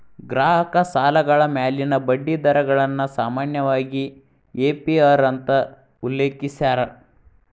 ಗ್ರಾಹಕ ಸಾಲಗಳ ಮ್ಯಾಲಿನ ಬಡ್ಡಿ ದರಗಳನ್ನ ಸಾಮಾನ್ಯವಾಗಿ ಎ.ಪಿ.ಅರ್ ಅಂತ ಉಲ್ಲೇಖಿಸ್ಯಾರ